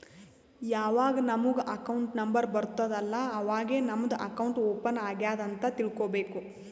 ಯಾವಾಗ್ ನಮುಗ್ account number ಬರ್ತುದ್ ಅಲ್ಲಾ ಅವಾಗೇ ನಮ್ದು ಅಕೌಂಟ್ ಓಪನ್ ಆಗ್ಯಾದ್ ಅಂತ್ ತಿಳ್ಕೋಬೇಕು